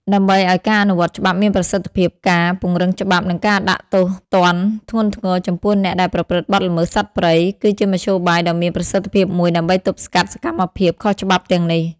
ដើម្បីឲ្យការអនុវត្តច្បាប់មានប្រសិទ្ធភាព ការពង្រឹងច្បាប់ និង ការដាក់ទោសទណ្ឌធ្ងន់ធ្ងរ ចំពោះអ្នកដែលប្រព្រឹត្តបទល្មើសសត្វព្រៃ គឺជាមធ្យោបាយដ៏មានប្រសិទ្ធភាពមួយដើម្បីទប់ស្កាត់សកម្មភាពខុសច្បាប់ទាំងនេះ។